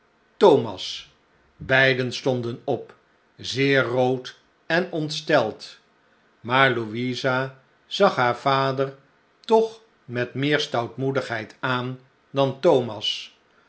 thomas beiden stonden op zeer rood en ontsteld maar louisa zag haar vader toch met meer stoutmoedigheid aan dan thomas